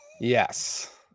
yes